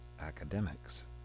academics